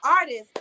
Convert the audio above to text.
artists